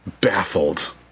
baffled